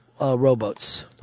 rowboats